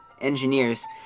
engineers